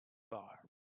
bar